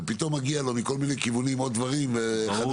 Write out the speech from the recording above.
ופתאום מגיעים אליו מכל מיני כיוונים עוד דברים חדשים,